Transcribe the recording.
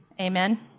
Amen